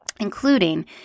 including